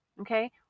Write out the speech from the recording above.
Okay